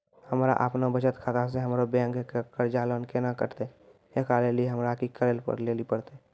हमरा आपनौ बचत खाता से हमरौ बैंक के कर्जा केना कटतै ऐकरा लेली हमरा कि करै लेली परतै?